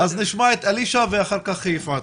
נשמע את אלישע ואחר כך את יפעת.